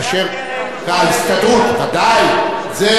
קרן פועלי הבניין הוקמה על-ידי ההסתדרות,